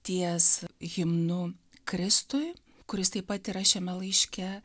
ties himnu kristui kuris taip pat yra šiame laiške